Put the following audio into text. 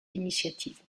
initiative